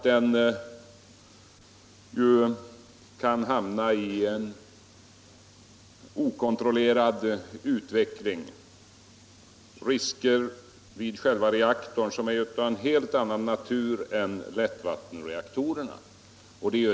Den kan hamna i en okontrollerad utveckling, och riskerna vid själva reaktorn är av en helt annan natur än för lättvattenreaktorerna.